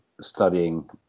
studying